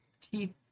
teeth